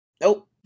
nope